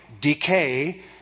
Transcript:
decay